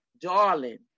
darling